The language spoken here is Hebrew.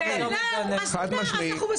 חד-משמעית.